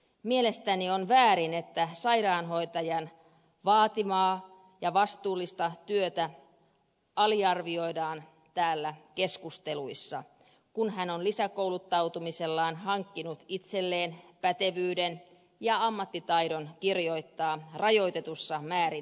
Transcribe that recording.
mielestäni on väärin että sairaanhoitajan vaativaa ja vastuullista työtä aliarvioidaan täällä keskusteluissa kun hän on lisäkouluttautumisellaan hankkinut itselleen pätevyyden ja ammattitaidon kirjoittaa rajoitetussa määrin lääkereseptejä